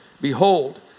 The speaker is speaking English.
Behold